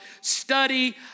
study